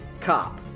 cop